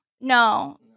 No